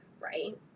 right